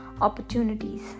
opportunities